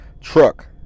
Truck